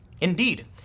Indeed